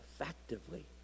effectively